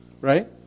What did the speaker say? right